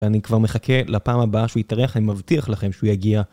ואני כבר מחכה לפעם הבאה שהוא יתארח, אני מבטיח לכם שהוא יגיע.